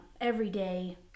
everyday